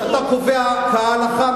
כשאתה קובע כהלכה,